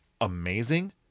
amazing